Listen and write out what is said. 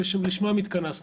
שלשמם התכנסנו.